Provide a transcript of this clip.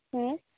ᱦᱮᱸ